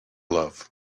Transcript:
love